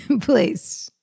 please